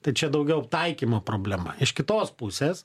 tad čia daugiau taikymo problema iš kitos pusės